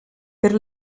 per